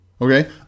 okay